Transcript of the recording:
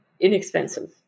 inexpensive